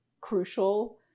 crucial